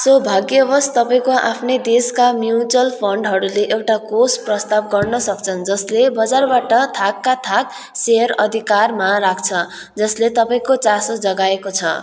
सौभाग्यवश तपाईँँको आफ्नै देशका म्युचुअल फन्डहरूले एउटा कोष प्रस्ताव गर्न सक्छन् जसले बजारबाट थाकका थाक सेयर अधिकारमा राख्छ जसले तपाईँँको चासो जगाएको छ